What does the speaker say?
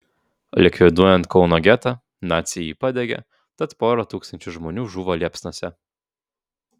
likviduojant kauno getą naciai jį padegė tad pora tūkstančių žmonių žuvo liepsnose